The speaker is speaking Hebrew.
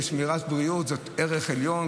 ושמירה על בריאות היא ערך עליון,